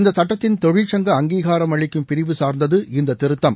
இந்த சட்டத்தின் தொழிற்சங்க அங்கீகாரம் அளிக்கும் பிரிவு சார்ந்தது இந்த திருத்தம்